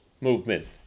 movement